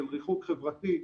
ריחוק חברתי,